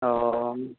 ओ